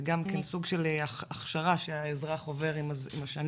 זה גם כן סוג של הכשרה שהאזרח עובר עם השנים.